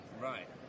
Right